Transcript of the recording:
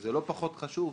שזה לא פחות חשוב,